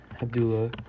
Abdullah